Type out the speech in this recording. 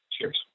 Cheers